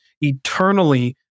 eternally